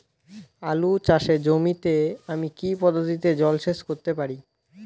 আলু চাষে জমিতে আমি কী পদ্ধতিতে জলসেচ করতে পারি?